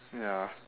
ya